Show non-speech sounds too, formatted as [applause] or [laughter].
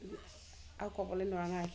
[unintelligible] আৰু ক'বলে লোৱা নাই